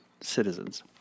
citizens